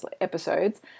episodes